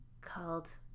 called